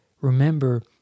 Remember